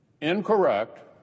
incorrect